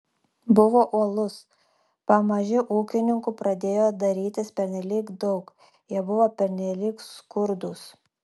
buvo uolus pamaži ūkininkų pradėjo darytis pernelyg daug jie buvo pernelyg skurdūs